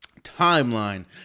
timeline